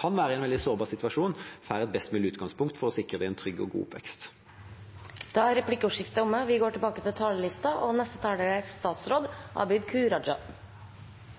kan være i en veldig sårbar situasjon, får et best mulig utgangspunkt for å sikres en trygg og god oppvekst. Replikkordskiftet er omme. Vi står overfor en global krise som krever raske beslutninger fra nasjonale myndigheter i alle land. I denne situasjonen er det viktig at vi er oppmerksomme på at hjelp og